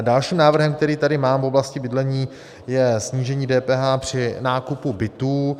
Dalším návrhem, který tady mám v oblasti bydlení, je snížení DPH při nákupu bytů.